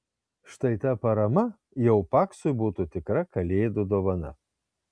štai ta parama jau paksui būtų tikra kalėdų dovana